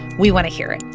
we want to hear it.